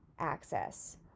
access